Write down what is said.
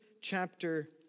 chapter